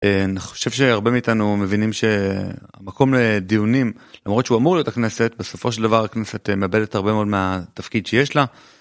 אני חושב שהרבה מאיתנו מבינים שהמקום לדיונים, למרות שהוא אמור להיות הכנסת, בסופו של דבר הכנסת מאבדת הרבה מאוד מהתפקיד שיש לה...